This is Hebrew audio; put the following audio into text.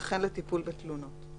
וכן לטיפול בתלונות".